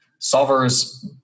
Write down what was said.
solvers